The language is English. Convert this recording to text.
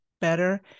better